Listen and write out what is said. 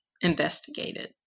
investigated